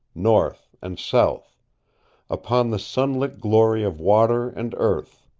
north and south upon the sunlit glory of water and earth,